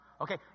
Okay